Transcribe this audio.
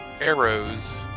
arrows